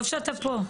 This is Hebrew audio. טוב שאתה פה.